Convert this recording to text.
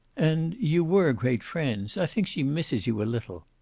and you were great friends. i think she misses you a little.